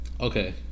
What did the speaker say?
Okay